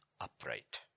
upright